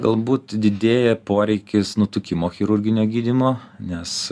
galbūt didėja poreikis nutukimo chirurginio gydymo nes